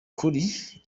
kuri